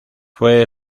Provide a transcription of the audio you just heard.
fue